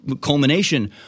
culmination